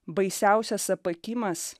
baisiausias apakimas